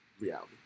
reality